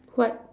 what